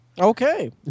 Okay